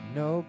no